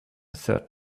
third